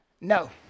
No